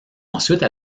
ensuite